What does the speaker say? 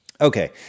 Okay